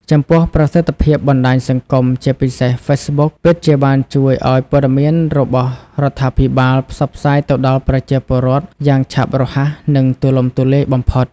ចំពោះប្រសិទ្ធភាពបណ្ដាញសង្គម ជាពិសេស Facebook ពិតជាបានជួយឱ្យព័ត៌មានរបស់រដ្ឋាភិបាលផ្សព្វផ្សាយទៅដល់ប្រជាពលរដ្ឋយ៉ាងឆាប់រហ័ស និងទូលំទូលាយបំផុត។